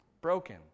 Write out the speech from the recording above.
broken